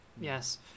Yes